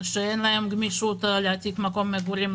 שאין להם גמישות להעתיק מקום מגורים,